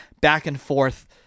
back-and-forth